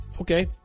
Okay